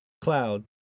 Cloud